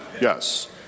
yes